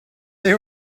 they